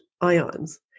ions